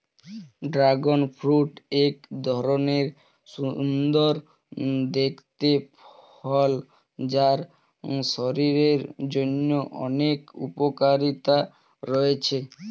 dragon fruit এক ধরণের সুন্দর দেখতে ফল যার শরীরের জন্য অনেক উপকারিতা রয়েছে